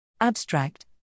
Abstract